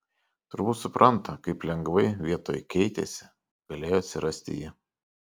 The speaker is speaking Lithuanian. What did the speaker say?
turbūt supranta kaip lengvai vietoj keitėsi galėjo atsirasti ji